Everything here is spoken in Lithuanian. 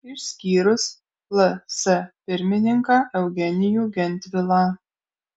išskyrus ls pirmininką eugenijų gentvilą